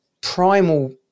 primal